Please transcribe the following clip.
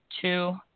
Two